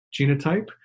genotype